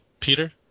Peter